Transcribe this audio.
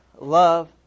love